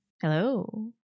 Hello